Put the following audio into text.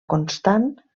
constant